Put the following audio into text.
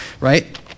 right